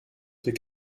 viel